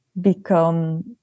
become